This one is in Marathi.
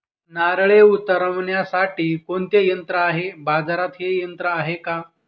नारळे उतरविण्यासाठी कोणते यंत्र आहे? बाजारात हे यंत्र आहे का?